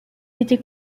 était